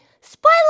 Spoiler